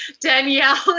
Danielle